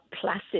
placid